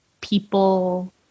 people